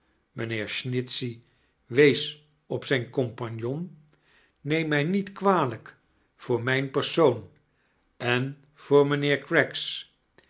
mrjnheer snitchey wees op zijn oampagnon neem mij niet kwalijk voor mijn persoan en voor mijnheeir craggs